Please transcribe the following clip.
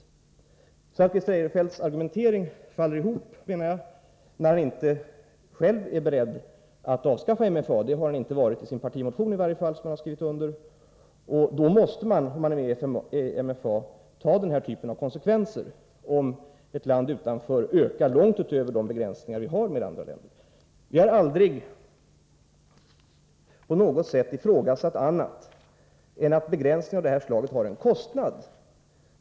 Christer Eirefelts argumentering faller ihop, menar jag, när han inte själv är beredd att avskaffa MFA. Det har han inte varit i den partimotion som han skrivit under. Och är man med i MFA måste man ta den här typen av konsekvenser, om ett land utanför avtalet ökar sin andel långt utöver de gränser som gäller för andra länder. Vi har aldrig på något sätt ifrågasatt att begränsningar av det här slaget har en kostnad.